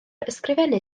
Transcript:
ysgrifennu